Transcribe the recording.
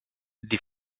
die